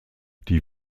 die